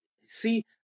See